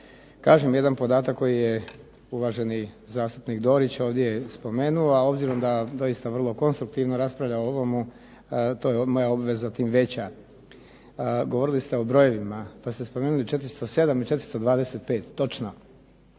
kažem jedan podatak koji je uvaženi zastupnik Dorić ovdje spomenuo, a obzirom da doista vrlo konstruktivno raspravlja o ovomu to je moja obveza tim veća. Govorili ste o brojevima pa ste spomenuli 407 i 425. Točno,